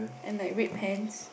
and like red pants